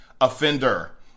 offender